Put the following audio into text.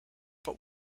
but